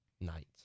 night